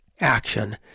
action